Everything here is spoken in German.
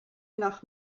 nach